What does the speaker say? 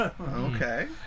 Okay